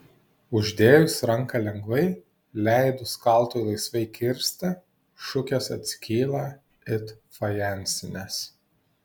uždėjus ranką lengvai leidus kaltui laisvai kirsti šukės atskyla it fajansinės